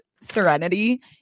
Serenity